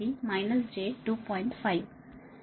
కాబట్టి ఇది j2